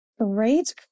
great